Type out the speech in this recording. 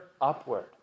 upward